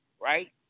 Right